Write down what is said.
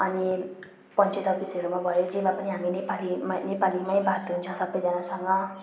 अनि पञ्चायत अफिसहरूमा भयो जेमा पनि हामी नेपालीमा नेपालीमै बात हुन्छ सबैजनासँग